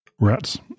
Rats